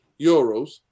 euros